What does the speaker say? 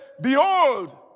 behold